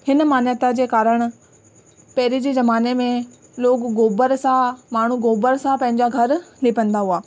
हिन मान्यता जे कारण पहिरें जे जमाने में लोग गोबर सां माण्हू गोबर सां पंहिंजा घर लीपंदा हुआ